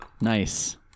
nice